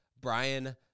Brian